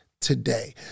today